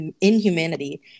inhumanity